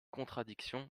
contradiction